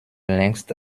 längst